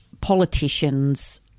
politicians